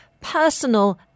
personal